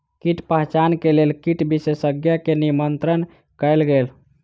कीट पहचान के लेल कीट विशेषज्ञ के निमंत्रित कयल गेल